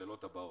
מהשאלות הבאות: